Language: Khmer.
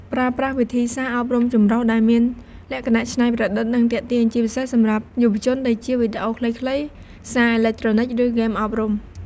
ប្រើប្រាស់ វិធីសាស្ត្រអប់រំចម្រុះ ដែលមានលក្ខណៈច្នៃប្រឌិត និងទាក់ទាញ ជាពិសេសសម្រាប់យុវជន ដូចជាវីដេអូខ្លីៗ សារអេឡិចត្រូនិច ឬហ្គេមអប់រំ។